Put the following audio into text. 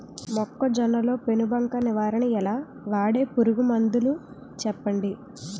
మొక్కజొన్న లో పెను బంక నివారణ ఎలా? వాడే పురుగు మందులు చెప్పండి?